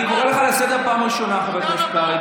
אני קורא אותך לסדר פעם ראשונה, חבר הכנסת קרעי.